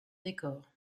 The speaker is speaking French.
décor